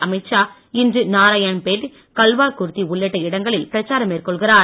அமீத் ஷா இன்று நாராயண் பேட் கல்வாகுர்த்தி உள்ளிட்ட இடங்களில் பிரச்சாரம் மேற்கொள்கிறார்